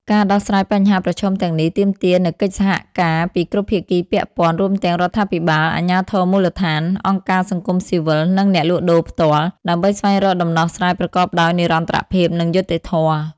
ការដោះស្រាយបញ្ហាប្រឈមទាំងនេះទាមទារនូវកិច្ចសហការពីគ្រប់ភាគីពាក់ព័ន្ធ រួមទាំងរដ្ឋាភិបាល អាជ្ញាធរមូលដ្ឋាន អង្គការសង្គមស៊ីវិល និងអ្នកលក់ដូរផ្ទាល់ ដើម្បីស្វែងរកដំណោះស្រាយប្រកបដោយនិរន្តរភាព និងយុត្តិធម៌ ។